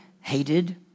hated